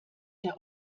der